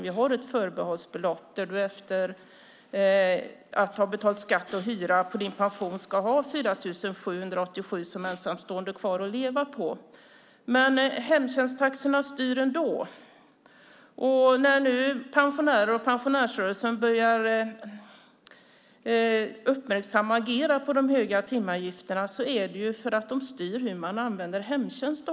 Vi har ett förbehållsbelopp där man som ensamstående, efter att ha betalat skatt och hyra, ska ha kvar 4 787 kronor av pensionen att leva på. Ändå styr hemtjänsttaxorna. När pensionärerna och pensionärsrörelsen nu börjar uppmärksamma de höga timavgifterna, och också agera, beror det på att avgifterna styr hur man använder hemtjänst.